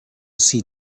see